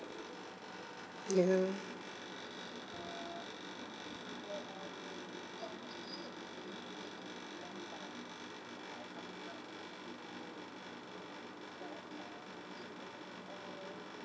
ya